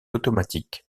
automatiques